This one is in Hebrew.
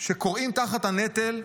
שכורעים תחת הנטל,